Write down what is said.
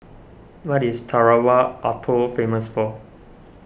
what is Tarawa Atoll famous for